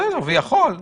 ברירת